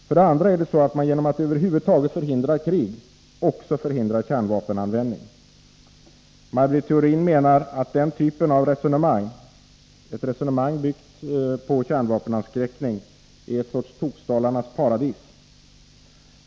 För det andra är det så att man genom att över huvud taget förhindra krig också förhindrar kärnvapenanvändning. Maj Britt Theorin menar att den typen av resonemang, som bygger på kärnvapenavskräckning, är uttryck för en sorts tokstollarnas paradis.